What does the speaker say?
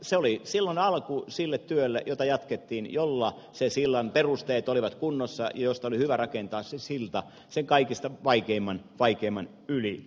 se oli silloin alku sille työlle jota jatkettiin jolla ne sillan perusteet olivat kunnossa josta oli hyvä rakentaa se silta sen kaikista vaikeimman yli